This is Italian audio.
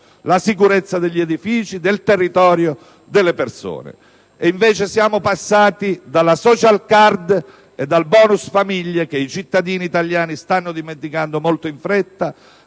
la sicurezza degli edifici, del territorio, delle persone. E invece siamo passati dalla *social card* e dal *bonus* famiglie (che i cittadini italiani stanno dimenticando molto in fretta)